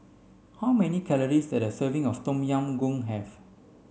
how many calories does a serving of Tom Yam Goong have